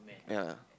ya